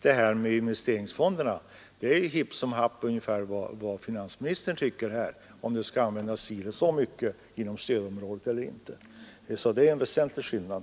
I fråga om investeringsfonderna är det hipp som happ — där beror det på om finansministern tycker att det skall användas si eller så mycket inom stödområdet eller inte. Det är alltså en väsentlig skillnad.